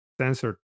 censored